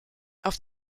auf